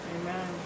Amen